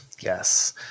Yes